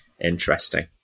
interesting